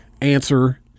answer